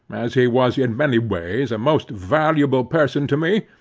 as he was in many ways a most valuable person to me,